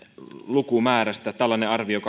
lukumäärästä tällainen arvio